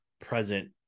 present